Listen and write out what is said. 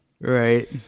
Right